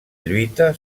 lluita